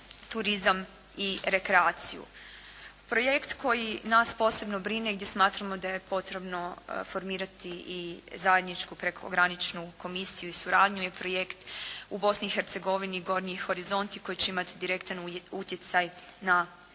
turizam i rekreaciju. Projekt koji nas posebno brine i gdje smatramo da je potrebno formirati i zajedničku prekograničnu komisiju i suradnju je projekt u Bosni i Hercegovini «Gornji horizonti» koji će imati direktan utjecaj na deltu